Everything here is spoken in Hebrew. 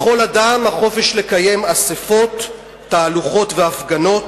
לכל אדם החופש לקיים אספות, תהלוכות והפגנות.